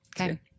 Okay